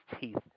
teeth